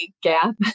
gap